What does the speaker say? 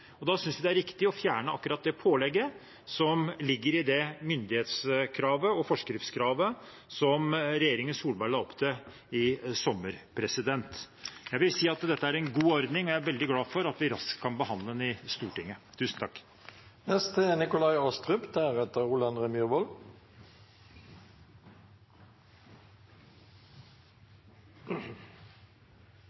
Da synes vi det er riktig å fjerne det pålegget som ligger i det myndighetskravet og forskriftskravet som regjeringen Solberg la opp til i sommer. Jeg vil si at dette er en god ordning, og jeg er veldig glad for at vi kan behandle den raskt i Stortinget.